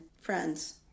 friends